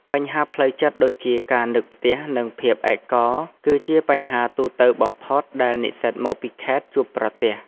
បញ្ហាផ្លូវចិត្តដូចជាការនឹកផ្ទះ និងភាពឯកោ គឺជាបញ្ហាទូទៅបំផុតដែលនិស្សិតមកពីខេត្តជួបប្រទះ។